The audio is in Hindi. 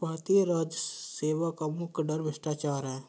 भारतीय राजस्व सेवा का मुख्य डर भ्रष्टाचार है